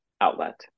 outlet